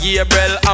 Gabriel